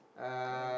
uh